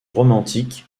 romantique